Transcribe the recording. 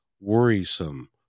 worrisome